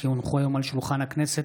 כי הונחו היום על שולחן הכנסת,